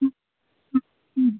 ம் ம் ம்